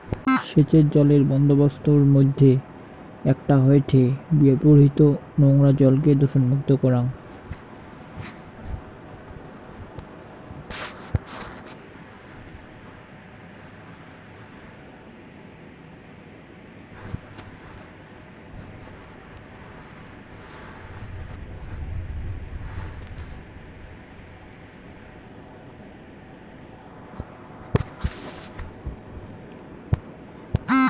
সেচের জলের বন্দোবস্তর মইধ্যে একটা হয়ঠে ব্যবহৃত নোংরা জলকে দূষণমুক্ত করাং